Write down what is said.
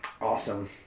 Awesome